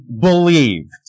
believed